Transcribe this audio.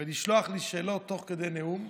ולשלוח לי שאלות תוך כדי נאום.